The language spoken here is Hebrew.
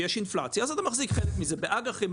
כי יש אינפלציה אז אתה מחזיק חלק מזה באג"חים,